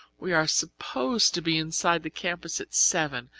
we are supposed to be inside the campus at seven,